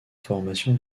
formations